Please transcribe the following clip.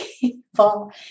people